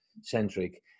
centric